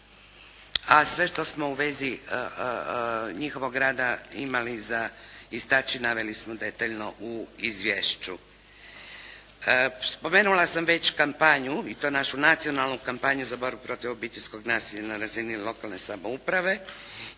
a sve što smo u vezi njihovog rada imali za istaći naveli smo detaljno u izvješću. Spomenula sam već kampanju i to našu nacionalnu kampanju za borbu protiv obiteljskog nasilja na razini lokalne samouprave